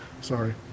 Sorry